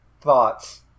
thoughts